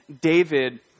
David